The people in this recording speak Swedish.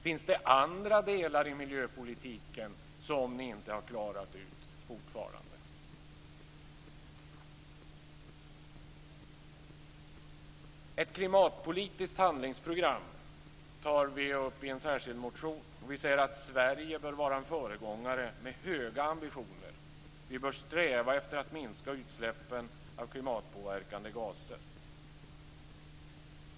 Finns det andra delar i miljöpolitiken som ni fortfarande inte har klarat ut? I en särskild motion tar vi upp ett klimatpolitiskt handlingsprogram. Vi säger att Sverige bör vara en föregångare med höga ambitioner. Vi bör sträva efter att minska utsläppen av klimatpåverkande gaser.